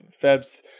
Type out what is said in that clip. Fab's